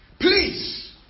please